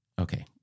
Okay